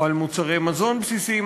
או על מוצרי מזון בסיסיים.